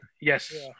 Yes